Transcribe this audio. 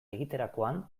egiterakoan